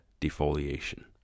defoliation